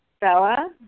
Bella